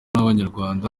n’abanyarwanda